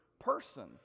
Person